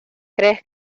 crees